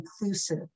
inclusive